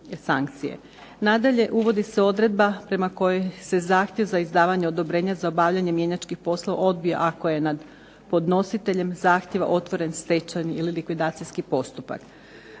Nadalje, uvodi se odredba prema kojoj se zahtjev za izdavanje odobrenja za obavljanje mjenjačkih poslova odbija ako je nad podnositeljem zahtjeva otvoren stečajni ili likvidacijski postupak.